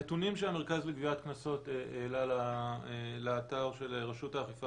הנתונים שהמרכז לגביית קנסות העלה לאתר של רשות האכיפה